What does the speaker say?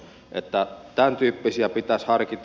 että tämäntyyppisiä pitäisi harkita